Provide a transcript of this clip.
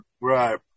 Right